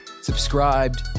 Subscribed